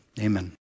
Amen